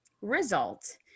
result